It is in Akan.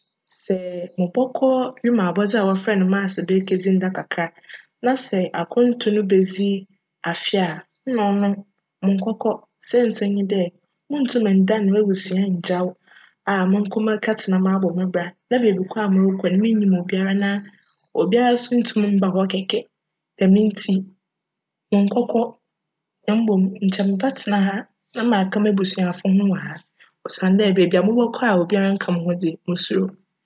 Sj mobckc abcdze a wcfrj no "Mars'' do ekedzi nda kakra na sj akwantu no bedzi afe a, nna cno monnkckc siantsir no nye dj, munntum nndan m'ebusua nngyaw a monko merekjtsena abc me bra na beebi kor a morokc no minnyim obiara na obiara so nntum mmba hc kjkj. Djm ntsi monnkckc na mbom nkyj mebjtsena ha na m'aka m'ebusuafo ho wc ha osiandj beebi a mobckc a obiara nnka mo ho dze mosuro.